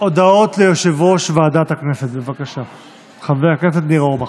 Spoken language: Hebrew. הודעות ליושב-ראש ועדת הכנסת חבר הכנסת ניר אורבך.